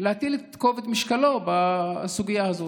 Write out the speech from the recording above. ולהטיל את כובד משקלו בסוגיה הזאת.